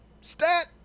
stat